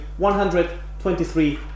123